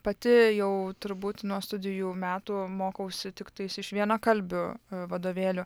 pati jau turbūt nuo studijų metų mokausi tiktai iš vienakalbių vadovėlių